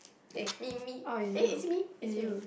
eh me me eh is it me it's me